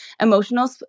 emotional